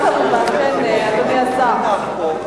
בקצרה כמובן, אדוני השר.